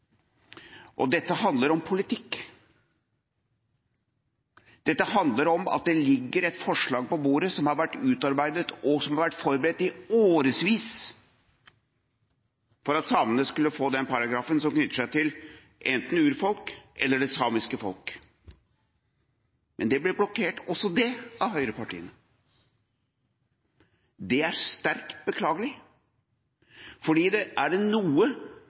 Og dette handler om politikk, dette handler om at det ligger et forslag på bordet som har vært utarbeidet, og som har vært forberedt i årevis, for at samene skulle få den paragrafen som knytter seg til enten urfolk eller det samiske folk. Men også det blir blokkert av høyrepartiene. Det er sterkt beklagelig, for er det noe